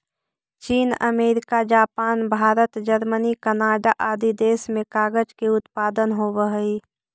चीन, America, Japan, Bharat, Germany, Canada आदि देश में कागज के उत्पादन होवऽ हई